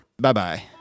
Bye-bye